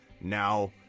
now